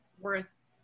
Worth